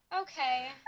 Okay